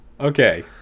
Okay